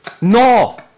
No